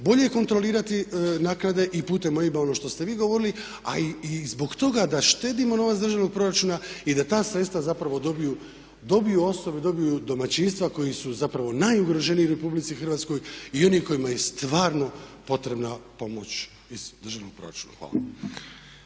bolje kontrolirati naknade i putem OIB-a ono što ste vi govorili a i zbog toga da štedimo novac državnog proračuna i da ta sredstva zapravo dobiju osobe, dobiju domaćinstva koji su zapravo najugroženiji u RH i oni kojima je stvarno potrebna pomoć iz državnog proračuna. Hvala.